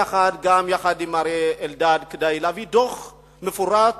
יחד עם אריה אלדד, כדי להביא דוח מפורט